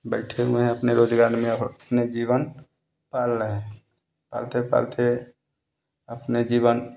बैठे हुए अपने रोजगार में अब अपने जीवन पाल रहे हैं पालते पालते अपने जीवन